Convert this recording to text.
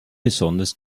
besonders